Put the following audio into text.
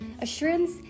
assurance